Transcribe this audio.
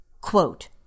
Quote